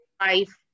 life